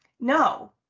no